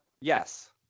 Yes